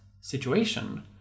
situation